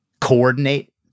coordinate